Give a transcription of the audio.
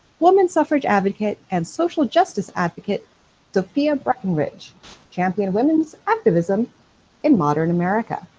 woman suffrage advocate and social justice advocate sophia brackenridge championed women's activism in modern america.